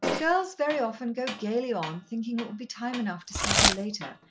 girls very often go gaily on, thinkin' it will be time enough to settle later,